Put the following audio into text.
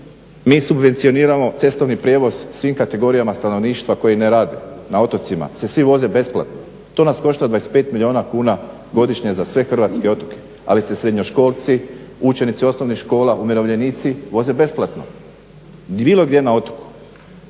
Mi subvencioniramo cestovnim prijevoz svim kategorijama stanovništva koji ne rade, na otocima se svi voze besplatno. To nas košta 25 milijuna kuna godišnje za sve hrvatske otoke ali se srednjoškolci, učenici osnovnih škola, umirovljenici voze besplatno bilo gdje na otoku.